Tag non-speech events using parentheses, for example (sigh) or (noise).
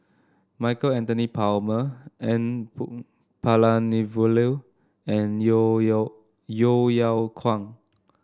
Michael Anthony Palmer N (unintelligible) Palanivelu and Yeo Yeow Yeo Yeow Kwang